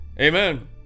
amen